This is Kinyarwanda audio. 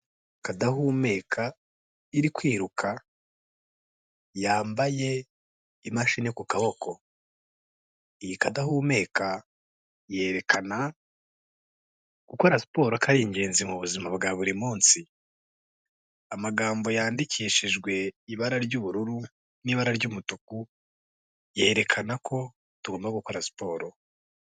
Kadahumeka iri kwiruka yambaye imashini ku kaboko. Iyi kadahumeka yerekana gukora siporo ko ingenzi mu buzima bwa buri munsi. Amagambo yandikishijwe ibara ry'ubururu n'ibara ry'umutuku yerekana ko tugomba gukora siporo.